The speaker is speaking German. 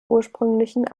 ursprünglichen